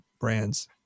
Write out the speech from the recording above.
brands